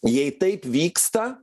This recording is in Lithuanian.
jei taip vyksta